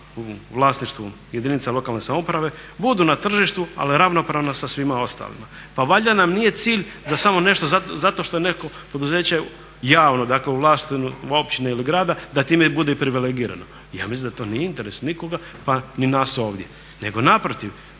u vlasništvu jedinica lokalne samouprave budu na tržištu ali ravnopravna sa svima ostalima. Pa valjda nam nije cilj da samo nešto, zato što je neko poduzeće javno, dakle u vlasništvu općine ili grada da time bude i privilegirano. Ja mislim da to nije interes nikoga, pa ni nas ovdje, nego naprotiv